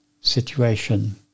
situation